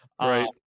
Right